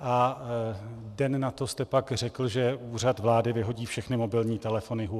A den nato jste pak řekl, že Úřad vlády vyhodí všechny mobilní telefony Huawei.